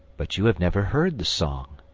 but you have never heard the psalm,